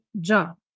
job